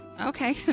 Okay